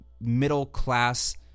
middle-class